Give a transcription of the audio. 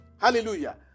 Hallelujah